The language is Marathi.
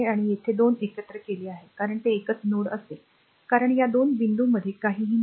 तर हे दोन एकत्र केले कारण ते एकच नोड असेल कारण या 2 बिंदूंमध्ये काहीही नाही